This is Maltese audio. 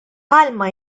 bħalma